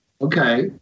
Okay